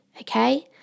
okay